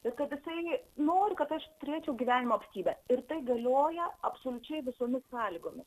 ir kad jisai nori kad aš turėčiau gyvenimo apstybę ir tai galioja absoliučiai visomis sąlygomis